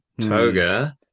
Toga